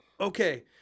Okay